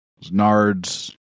Nards